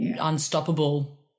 unstoppable